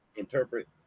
Interpret